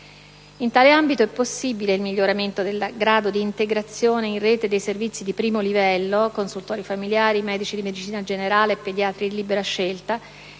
In tale ambito, è possibile il miglioramento del grado di integrazione in rete dei servizi di 1° livello (consultori familiari, medici di medicina generale e pediatri di libera scelta),